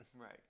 right